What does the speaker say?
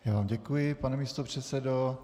Já vám děkuji, pane místopředsedo.